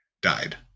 died